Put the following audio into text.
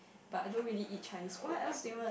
but I don't really eat Chinese food